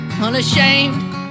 unashamed